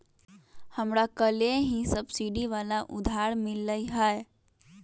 हमरा कलेह ही सब्सिडी वाला उधार मिल लय है